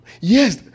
Yes